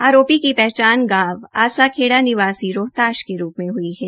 आरोपी की पहचान गांव आसाखेड़ा निवासी रोहताश के रूप में हुई है